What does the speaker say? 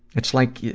it's like,